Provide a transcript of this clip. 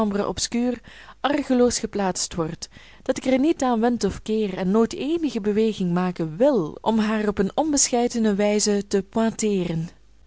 chambre obscure argeloos geplaatst wordt dat ik er niet aan wend of keer en nooit eenige beweging maken wil om haar op een onbescheidene wijze te